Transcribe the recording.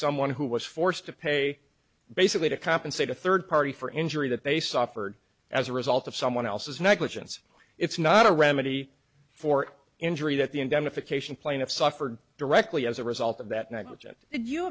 someone who was forced to pay basically to compensate a third party for injury that they suffered as a result of someone else's negligence it's not a remedy for injury that the indemnification plaintiff suffered directly as a result of that